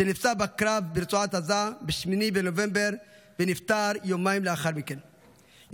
שנפצע בקרב ברצועת עזה ב-8 בנובמבר ונפטר יומיים לאחר מכן.